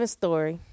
story